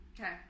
okay